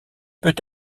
peut